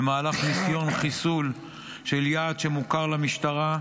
כשבמהלך ניסיון חיסול של יעד מוכר למשטרה,